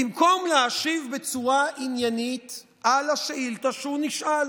במקום להשיב בצורה עניינית על השאילתה שהוא נשאל,